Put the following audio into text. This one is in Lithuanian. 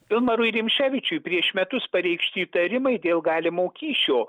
pilmarui rimšėvičiui prieš metus pareikšti įtarimai dėl galimo kyšio